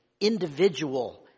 individual